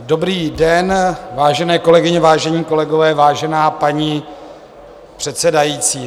Dobrý den, vážené kolegyně, vážení kolegové, vážená paní předsedající.